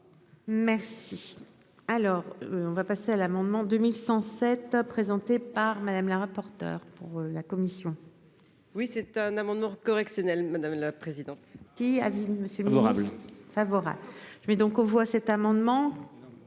Merci. Alors on va passer à l'amendement 2107 présenté par Madame la rapporteure pour la commission. Oui c'est un amendement correctionnel madame la présidente. Tu y as monsieur le vous rappelons favorable. Je vais donc on voit cet amendement.